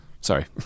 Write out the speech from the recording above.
sorry